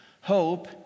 hope